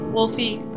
Wolfie